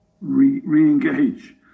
re-engage